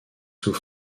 sous